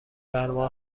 فرما